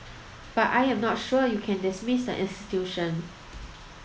but I'm not sure you can dismiss the institution